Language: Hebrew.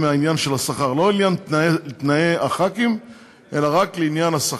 ומחר ההצמדה תהיה 8%, אז מה לעשות,